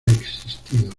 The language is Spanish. existido